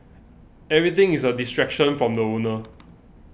everything is a distraction from the owner